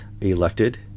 elected